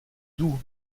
doux